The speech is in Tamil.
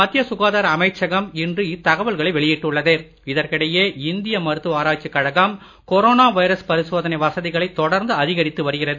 மத்திய சுகாதார அமைச்சகம் இன்று இத்தகவல்களை வெளியிட்டுள்ளது இதற்கிடையே இந்திய மருத்துவ ஆராய்ச்சிக் கழகம் கொரோனா வைரஸ் பரிசோதனை வசதிகளை தொடர்ந்து அதிகரித்து வருகிறது